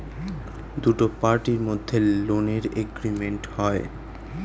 দুটো পার্টির মধ্যে লোনের এগ্রিমেন্ট হয়